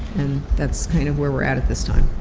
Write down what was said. and that's kind of where we're at at this time.